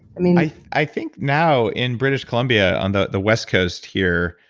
i mean i i think now, in british columbia, on the west coast here,